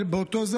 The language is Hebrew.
באותו נושא,